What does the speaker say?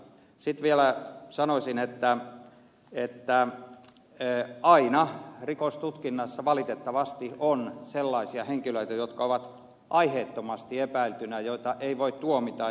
sitten vielä sanoisin että aina rikostutkinnassa valitettavasti on sellaisia henkilöitä jotka ovat aiheettomasti epäiltyinä joita ei voi tuomita